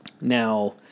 Now